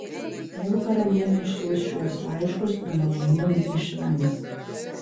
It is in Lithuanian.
jeigu karalienė išsiųs šiuos laiškus nemalonumų neišvengs